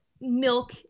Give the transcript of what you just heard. milk